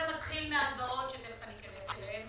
זה מתחיל מהלוואות שתיכף אני אכנס אליהן,